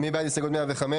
מי בעד הסתייגות 105?